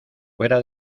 fuera